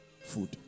food